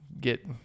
get